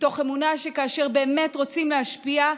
מתוך אמונה שכאשר באמת רוצים להשפיע,